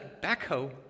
backhoe